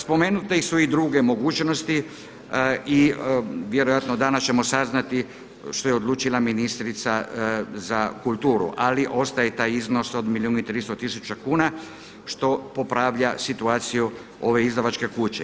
Spomenute su i druge mogućnosti i vjerojatno danas ćemo saznati što je odlučila ministrica za kulturu, ali ostaje taj iznos od milijun i 300 tisuća kuna što popravlja situaciju ove izdavačke kuće.